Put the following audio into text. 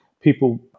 people